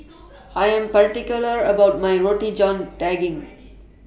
I Am particular about My Roti John Daging